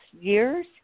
years